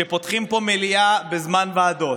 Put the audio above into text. שפותחים פה מליאה בזמן ועדות,